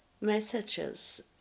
messages